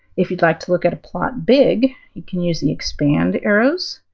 if you'd like to look at a plot big, you can use the expand arrows,